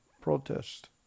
protest